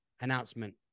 announcement